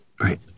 Right